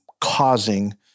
causing –